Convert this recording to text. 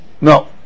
No